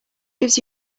gives